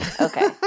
Okay